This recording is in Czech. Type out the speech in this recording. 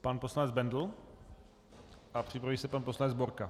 Pan poslanec Bendl a připraví se pan poslanec Borka.